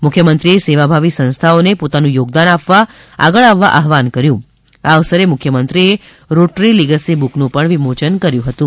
મુખ્યમંત્રીએ સેવાભાવી સંસ્થાઓને પોતાનું યોગદાન આપવા આગળ આવવાનું આહ્વવાન કર્યું હતું આ અવસરે મુખ્યમંત્રીએ રોટરી લીગસી બુકનું વિમોચન કર્યું હતું